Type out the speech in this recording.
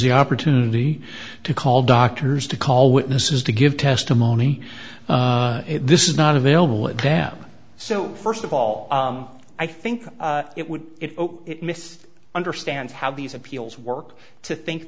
the opportunity to call doctors to call witnesses to give testimony this is not available at them so first of all i think it would if it missed understands how these appeals work to think